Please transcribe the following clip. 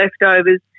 leftovers